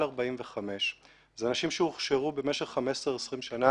45. אלה אנשים שהוכשרו במשך 20-15 שנים